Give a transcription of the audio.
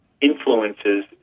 influences